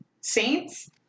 saints